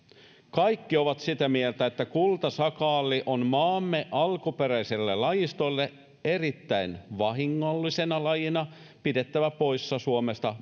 kaikki ovat sitä mieltä että kultasakaali on maamme alkuperäiselle lajistolle erittäin vahingollisena lajina pidettävä poissa suomesta